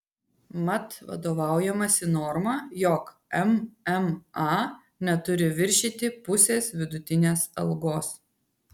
mat vadovaujamasi norma jog mma neturi viršyti pusės vidutinės algos